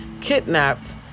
kidnapped